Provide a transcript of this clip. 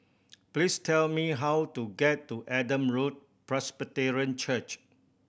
please tell me how to get to Adam Road Presbyterian Church